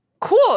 Cool